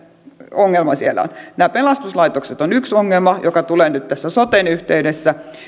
ongelma siellä on nämä pelastuslaitokset ovat yksi ongelma joka tulee nyt tässä soten yhteydessä